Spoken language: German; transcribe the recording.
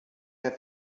der